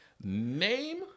Name